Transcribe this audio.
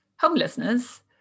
homelessness